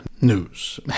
news